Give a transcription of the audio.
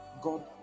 God